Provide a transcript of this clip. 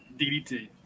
DDT